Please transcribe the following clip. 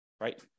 right